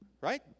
Right